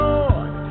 Lord